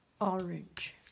orange